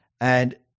And-